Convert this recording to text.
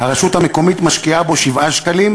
הרשות המקומית משקיעה בו 7 שקלים,